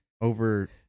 over